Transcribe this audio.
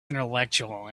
intellectual